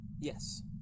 yes